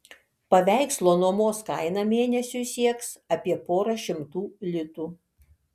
paveikslo nuomos kaina mėnesiui sieks apie porą šimtų litų